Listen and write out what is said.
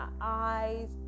eyes